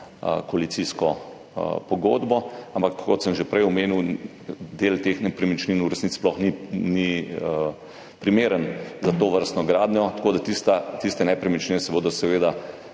koalicijsko pogodbo. Ampak, kot sem že prej omenil, del teh nepremičnin v resnici sploh ni primeren za tovrstno gradnjo, tiste nepremičnine se bodo seveda